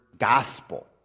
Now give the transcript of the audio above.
gospel